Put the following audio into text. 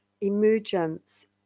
Emergence